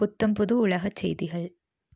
புத்தம்புது உலகச் செய்திகள்